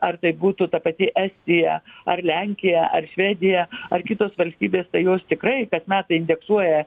ar tai būtų ta pati estija ar lenkija ar švedija ar kitos valstybės tai jos tikrai kas metai indeksuoja